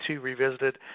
Revisited